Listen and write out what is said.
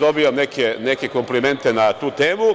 dobijam neke komplimente na tu temu.